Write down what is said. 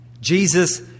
Jesus